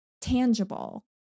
tangible